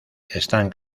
están